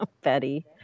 Betty